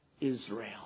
Israel